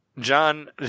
John